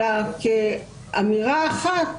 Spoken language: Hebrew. אלא כאמירה אחת